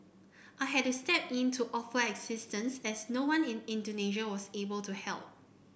I had to step in to offer assistance as no one in Indonesia was able to help